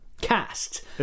cast